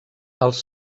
els